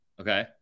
okay